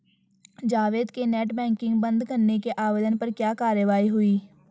जावेद के net banking बंद करने के आवेदन पर क्या कार्यवाही हुई?